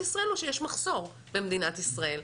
ישראל או שיש מחסור במדינת ישראל?